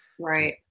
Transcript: right